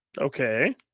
Okay